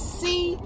see